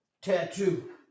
tattoo